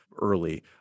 early